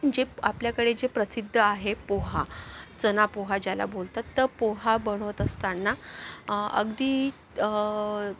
जे आपल्याकडे जे प्रसिद्ध आहे पोहा चनापोहा ज्याला बोलतात तर पोहा बनवत असताना अगदी